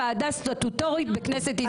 ועדה סטטוטורית בכנסת ישראל.